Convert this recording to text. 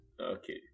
okay